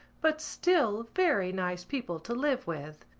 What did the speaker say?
but still very nice people to live with.